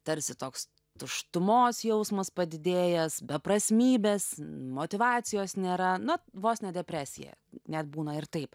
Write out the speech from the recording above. tarsi toks tuštumos jausmas padidėjęs beprasmybės motyvacijos nėra na vos ne depresija net būna ir taip